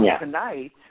tonight